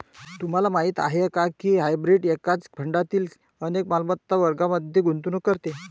तुम्हाला माहीत आहे का की हायब्रीड एकाच फंडातील अनेक मालमत्ता वर्गांमध्ये गुंतवणूक करते?